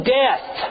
death